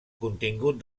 contingut